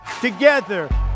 Together